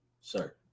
Sir